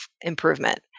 improvement